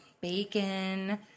bacon